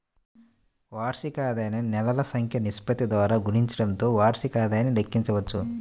వార్షిక ఆదాయాన్ని నెలల సంఖ్య నిష్పత్తి ద్వారా గుణించడంతో వార్షిక ఆదాయాన్ని లెక్కించవచ్చు